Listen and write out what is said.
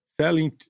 Selling